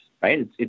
right